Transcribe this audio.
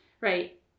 right